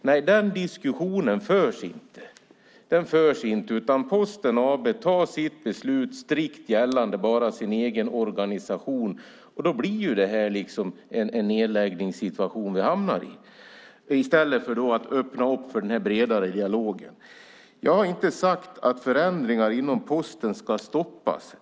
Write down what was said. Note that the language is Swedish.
Men den diskussionen förs inte, utan Posten AB tar sitt beslut strikt gällande bara sin egen organisation. Då hamnar vi i en nedläggningssituation, i stället för att öppna för den bredare dialogen. Jag har inte sagt att förändringar inom Posten ska stoppas.